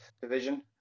Division